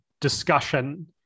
discussion